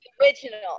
original